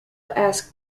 asked